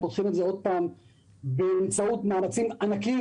פותחים את זה עוד פעם באמצעות מאמצים ענקיים